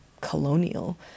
colonial